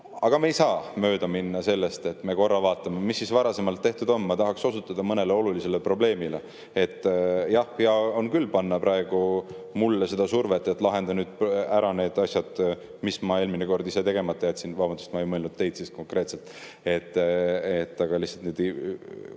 Aga me ei saa mööda minna sellest, et me korra vaatame, mis siis varasemalt tehtud on. Ma tahaksin osutada mõnele olulisele probleemile. Jah, hea on küll avaldada praegu mulle seda survet, et lahenda nüüd ära need asjad, mis teil eelmine kord ise tegemata jäid. Vabandust, ma ei mõelnud teid konkreetselt, lihtsalt utreerin.